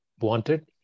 wanted